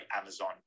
amazon